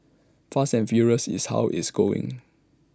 fast and furious is how is going